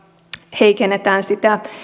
heikennetään sitä